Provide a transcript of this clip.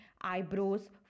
Eyebrows